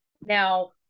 Now